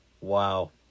Wow